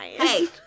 Hey